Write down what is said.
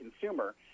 consumer